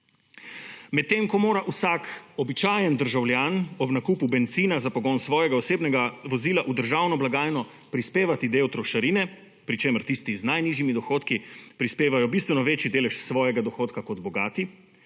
Med tem, ko mora vsak običajen državljan ob nakupu bencina za pogon svojega osebnega vozila v državni blagajno prispevati del trošarine, pri čemer tisti z najnižjimi dohodki prispevajo bistveno večji delež svojega dohodka kot bogati,